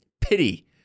Pity